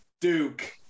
Duke